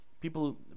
People